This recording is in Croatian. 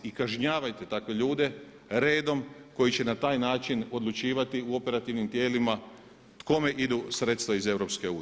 I kažnjavajte takve ljude redom koji će na taj način odlučivati u operativnim tijelima kome idu sredstva iz EU.